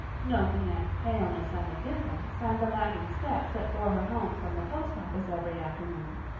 noting anne's paleness and indifference and the lagging steps that bore her home from the post office every afternoon,